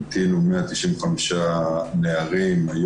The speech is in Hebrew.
במאי המתינו 195 נערים ונערות.